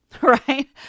right